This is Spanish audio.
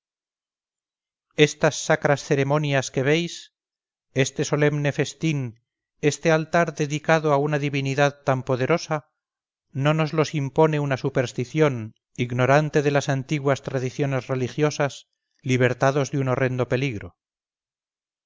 estas sacras ceremonias que veis este solemne festín ese altar dedicado a una divinidad tan poderosa no nos los impone una superstición ignorante de las antiguas tradiciones religiosas libertados de un horrendo peligro